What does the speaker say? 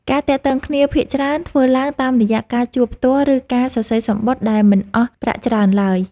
ការទាក់ទងគ្នាភាគច្រើនធ្វើឡើងតាមរយៈការជួបផ្ទាល់ ឬការសរសេរសំបុត្រដែលមិនអស់ប្រាក់ច្រើនឡើយ។